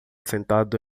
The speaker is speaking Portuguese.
sentado